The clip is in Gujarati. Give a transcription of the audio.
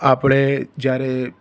આપણે જ્યારે